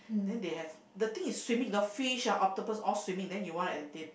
then they have the thing is swimming the fish ah octopus all swimming then he wants at a tank